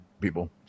people